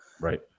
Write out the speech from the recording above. right